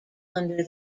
under